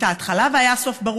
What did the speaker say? הייתה התחלה והיה סוף ברור.